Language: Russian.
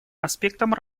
аспектом